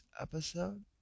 episode